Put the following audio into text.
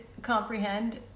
comprehend